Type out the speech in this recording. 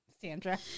Sandra